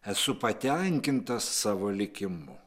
esu patenkintas savo likimu